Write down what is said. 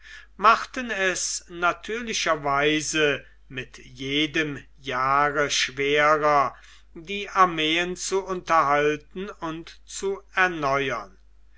machten es natürlicherweise mit jedem jahre schwerer die armee zu unterhalten und zu erneuern